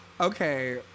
okay